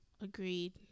agreed